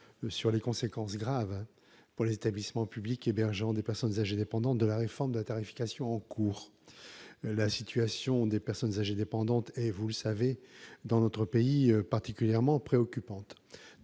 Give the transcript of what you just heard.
sur les conséquences graves, pour les établissements publics hébergeant des personnes âgées dépendantes, de la réforme de la tarification en cours. La situation des personnes âgées dépendantes est, dans notre pays, préoccupante.